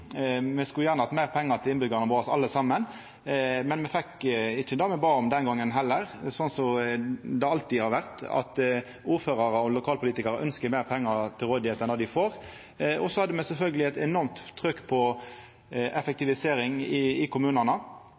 Me skulle alle gjerne hatt meir pengar til innbyggjarane våre. Me fekk ikkje det me bad om den gongen heller – slik som det alltid har vore, at ordførarar og lokalpolitikarar ynskjer meir pengar til rådigheit enn det dei får. Så hadde me sjølvsagt eit enormt trykk på effektivisering i kommunane. Eg hugsar veldig godt at me i